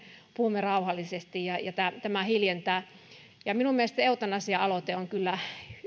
puhumme rauhallisesti ja ja tämä tämä hiljentää minun mielestäni eutanasia aloite on kyllä